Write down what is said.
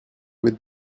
with